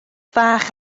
fach